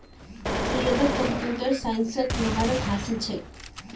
सैयदक कंप्यूटर साइंसत महारत हासिल छेक